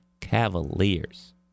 Cavaliers